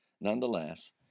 Nonetheless